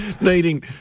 needing